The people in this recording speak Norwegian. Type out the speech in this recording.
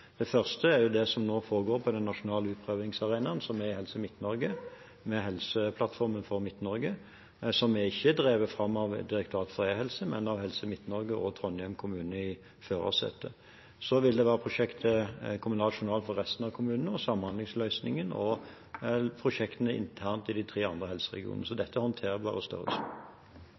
Det første er det som nå foregår på den nasjonale utprøvingsarenaen, som er Helse Midt-Norge, med helseplattformen for Midt-Norge, som ikke er drevet fram av Direktoratet for e-helse, men av Helse Midt-Norge og Trondheim kommune i førersetet. Så er det prosjektet kommunal journal for resten av kommunene og samhandlingsløsningen og prosjektene internt i de tre andre helseregionene. Så dette